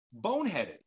boneheaded